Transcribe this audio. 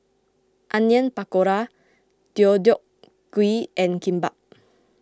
Onion Pakora Deodeok Gui and Kimbap